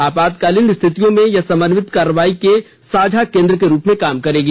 आपातकालीन स्थितियों में यह समन्वित कार्रवाई के साझा केन्द्र के रूप में काम करेगी